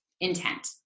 intent